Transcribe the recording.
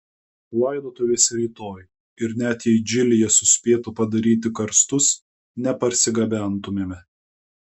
laidotuvės rytoj ir net jei džilyje suspėtų padaryti karstus neparsigabentumėme